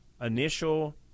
initial